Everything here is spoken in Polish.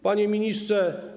Panie Ministrze!